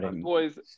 boys